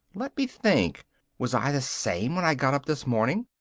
let me think was i the same when i got up this morning?